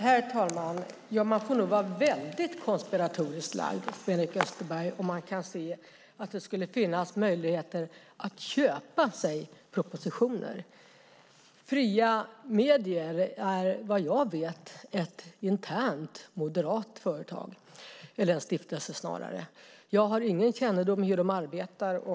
Herr talman! Man får vara väldigt konspiratoriskt lagd, Sven-Erik Österberg, om man tycker sig kunna se att det finns möjlighet att köpa propositioner. Stiftelsen Fria Media är såvitt jag vet en intern moderat stiftelse. Jag har ingen kännedom om hur de arbetar.